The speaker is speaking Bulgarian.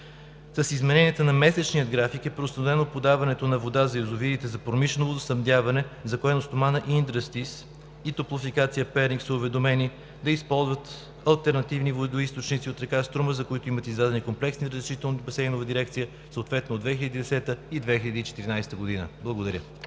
С измененията на месечния график е преустановено подаването на вода на язовирите за промишлено водоснабдяване, за което „Стомана индъстри“ и „Топлофикация – Перник“ са уведомени да използват алтернативни водоизточници от река Струма, за което имат комплексни разрешителни от Басейнова дирекция, съответно от 2010-а и 2014 г. Благодаря.